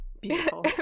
Beautiful